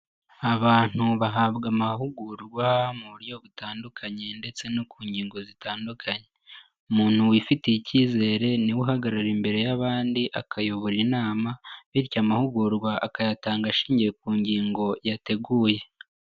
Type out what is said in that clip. Abantu bahabwa amahugurwa mu buryo butandukanye, ndetse no ku ngingo zitandukanye. Umuntu wifitiye icyizere niwe uhagarara imbere y'abandi akayobora inama, bityo amahugurwa akayatanga ashingiye ku ngingo yateguye.